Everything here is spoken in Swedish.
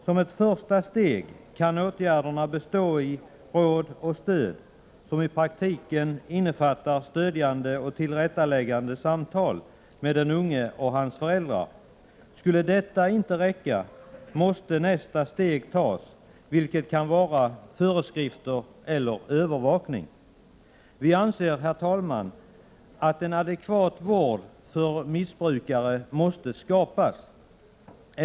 Som ett första steg kan åtgärderna bestå i råd och stöd, som i praktiken innefattar stödjande och tillrättaläggande samtal med den unge och hans föräldrar. Skulle detta inte räcka måste nästa steg tas, vilket kan innebära föreskrifter eller övervakning. Vi anser att en adekvat vård för missbrukare måste skapas.